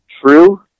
true